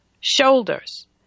shoulders